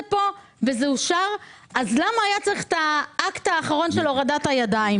פה וזה אושר אז למה היה צריך את האקט האחרון של הורדת הידיים?